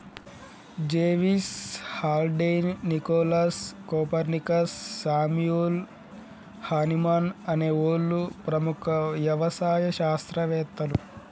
జెవిస్, Haldane, Nicholas, Copernicus, Samuel Hahnemann అనే ఓళ్ళు ప్రముఖ యవసాయ శాస్త్రవేతలు